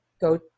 go